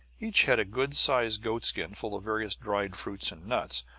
each had a good-sized goatskin full of various dried fruits and nuts,